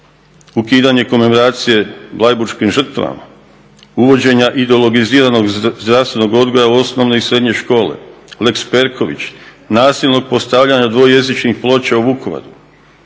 ukidanje komemoracije … žrtvama, uvođenja … zdravstvenog odgoja u osnovne i srednje škole, Lex Perković, nasilnog postavljanja dvojezičnih ploča u Vukovaru.